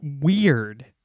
weird